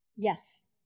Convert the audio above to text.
Yes